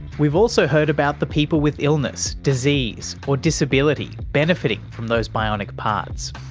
we've also heard about the people with illness, disease or disability benefiting from those bionic parts,